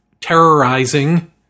terrorizing